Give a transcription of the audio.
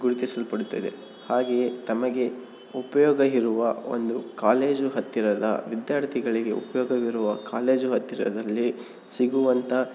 ಗುರುತಿಸಲ್ಪಡುತ್ತದೆ ಹಾಗೆಯೇ ತಮಗೆ ಉಪಯೋಗ ಇರುವ ಒಂದು ಕಾಲೇಜು ಹತ್ತಿರದ ವಿದ್ಯಾರ್ಥಿಗಳಿಗೆ ಉಪಯೋಗವಿರುವ ಕಾಲೇಜು ಹತ್ತಿರದಲ್ಲಿ ಸಿಗುವಂಥ